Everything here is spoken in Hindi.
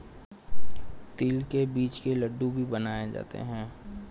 तिल के बीज के लड्डू भी बनाए जाते हैं